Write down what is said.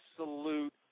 absolute –